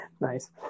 Nice